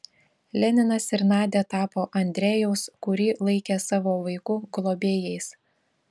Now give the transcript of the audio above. leninas ir nadia tapo andrejaus kurį laikė savo vaiku globėjais